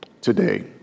today